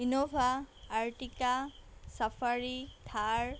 Innova Ertiga safari Thar